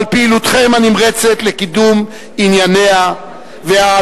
על פעילותכם הנמרצת לקידום ענייניה ועל